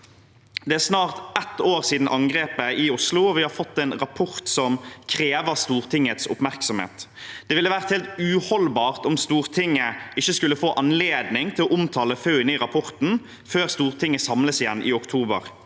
Det er snart ett år siden angrepet i Oslo, og vi har fått en rapport som krever Stortingets oppmerksomhet. Det ville vært helt uholdbart om Stortinget ikke skulle få anledning til å omtale funnene i rapporten før Stortinget samles igjen i oktober.